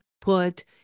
put